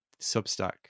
Substack